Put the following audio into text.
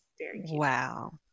wow